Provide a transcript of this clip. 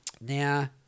now